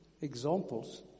examples